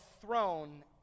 throne